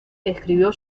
escribió